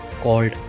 called